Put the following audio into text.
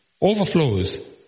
overflows